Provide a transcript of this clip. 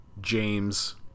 James